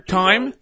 time